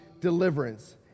deliverance